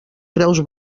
preus